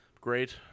great